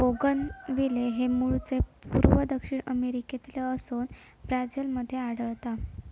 bougainvillea हे मूळचे पूर्व दक्षिण अमेरिकेतले असोन ब्राझील मध्ये आढळता